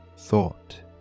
thought